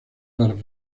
las